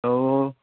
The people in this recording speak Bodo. औ औ